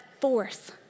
force